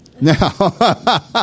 Now